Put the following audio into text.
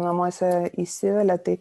namuose įsivelia tai